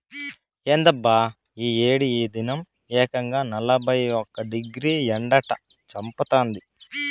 ఏందబ్బా ఈ ఏడి ఈ దినం ఏకంగా నలభై ఒక్క డిగ్రీ ఎండట చంపతాంది